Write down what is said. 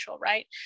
right